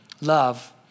love